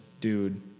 dude